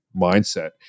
mindset